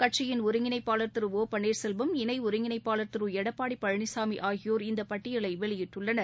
கட்சியின் ஒருங்கிணைப்பாளர் திரு ஒ பன்னீர்செல்வம் இணை ஒருங்கிணைப்பாளர் திரு எடப்பாடி பழனிசாமி ஆகியோர் இந்த பட்டியலை வெளியிட்டுள்ளனர்